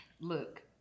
Look